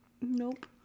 nope